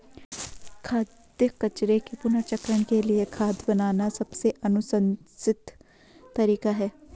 खाद्य कचरे के पुनर्चक्रण के लिए खाद बनाना सबसे अनुशंसित तरीका है